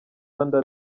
rwanda